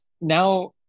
Now